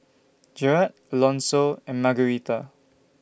Jered Alonso and Margarita